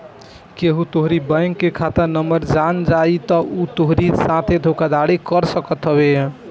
केहू तोहरी बैंक के खाता नंबर जान जाई तअ उ तोहरी साथे धोखाधड़ी कर सकत हवे